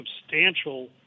substantial